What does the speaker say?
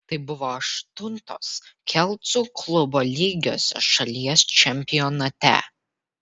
tai buvo aštuntos kelcų klubo lygiosios šalies čempionate